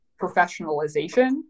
professionalization